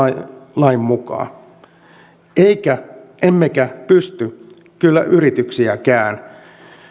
lain mukaan emmekä emmekä pysty kyllä yrityksiäkään